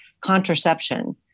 contraception